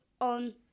on